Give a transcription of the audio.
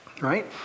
right